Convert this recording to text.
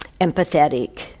empathetic